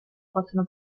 possono